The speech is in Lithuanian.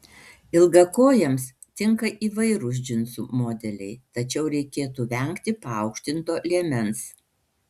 ilgakojėms tinka įvairūs džinsų modeliai tačiau reikėtų vengti paaukštinto liemens